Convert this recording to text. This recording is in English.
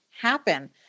happen